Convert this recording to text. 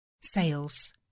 sales